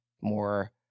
more